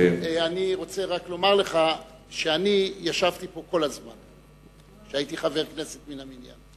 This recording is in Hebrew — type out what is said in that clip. אני רוצה רק לומר לך שאני ישבתי כאן כל הזמן כשהייתי חבר כנסת מהמניין.